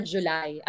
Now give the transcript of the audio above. July